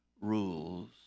rules